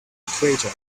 equator